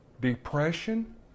depression